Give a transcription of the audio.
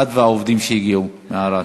את והעובדים שהגיעו מערד.